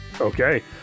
Okay